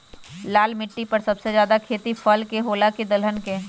लाल मिट्टी पर सबसे ज्यादा खेती फल के होला की दलहन के?